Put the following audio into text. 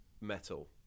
metal